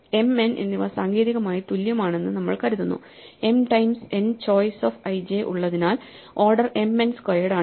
m n എന്നിവ സാങ്കേതികമായി തുല്യമാണെന്ന് നമ്മൾ കരുതുന്നു m times n choice of ij ഉള്ളതിനാൽ ഓർഡർ mn സ്ക്വയർഡ് ആണ്